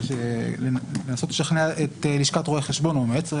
אבל לנסות לשכנע את לשכת רואי החשבון להגיע.